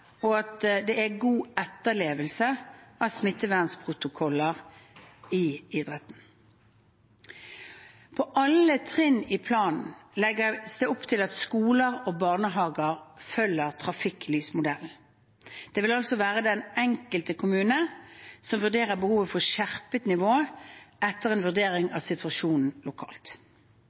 og at det er god etterlevelse av smittevernprotokoller i idretten. På alle trinn i planen legges det opp til at skoler og barnehager følger trafikklysmodellen. Det vil altså være den enkelte kommune som vurderer behovet for skjerpet nivå etter en vurdering av situasjonen lokalt.